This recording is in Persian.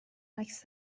عکس